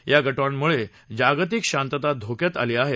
या गटांमुळे वैशिक शांतता धोक्यात आली आहे